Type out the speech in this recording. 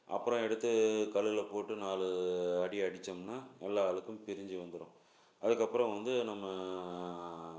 அப்புறம் எடுத்து கல்லில் போட்டு நாலு அடி அடிச்சோம்னா எல்லா அழுக்கும் பிரிஞ்சு வந்துடும் அதுக்கப்புறம் வந்து நம்ம